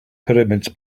pyramids